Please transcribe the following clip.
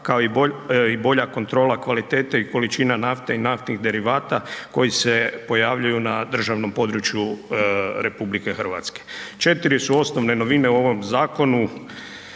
kao i bolja kontrola kvalitete i količina nafte i naftnih derivata koji se pojavljuju na državnom području RH. 4 su osnovne novine u ovom zakonu.